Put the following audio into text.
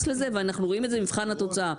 לזה ואנחנו רואים את זה במבחן התוצאה.